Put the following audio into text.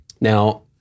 Now